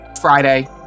Friday